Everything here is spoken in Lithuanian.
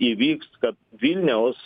įvyks kad vilniaus